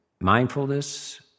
mindfulness